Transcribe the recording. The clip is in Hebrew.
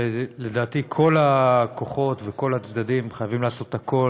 לדעתי, כל הכוחות וכל הצדדים חייבים לעשות הכול